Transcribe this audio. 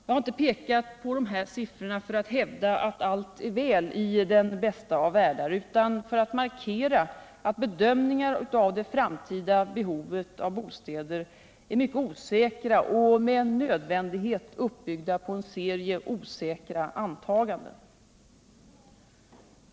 Jag har inte pekat på dessa siffror för att hävda att allt är väl i den bästa av världar, utan för att markera att bedömningar av det framtida behovet av bostäder är mycket osäkra och med nödvändighet uppbyggda på en serie osäkra antaganden.